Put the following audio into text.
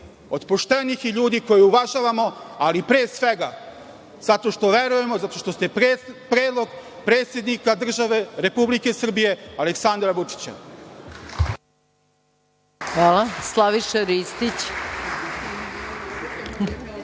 od poštenih i ljudi koje uvažavamo, ali pre svega verujemo zato što ste predlog predsednika države Republike Srbije Aleksandra Vučića.